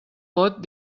pot